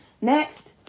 Next